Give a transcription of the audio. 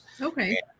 Okay